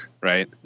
right